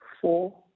four